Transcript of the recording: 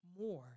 more